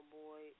boy